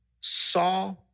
saw